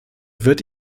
wird